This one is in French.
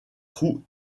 trou